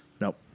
Nope